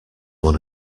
one